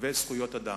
וזכויות אדם.